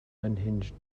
unhinged